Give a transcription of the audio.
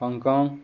Hong Kong